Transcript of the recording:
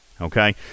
Okay